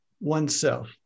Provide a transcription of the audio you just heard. oneself